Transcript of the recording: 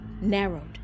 narrowed